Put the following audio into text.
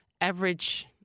average